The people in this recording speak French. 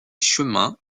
chemins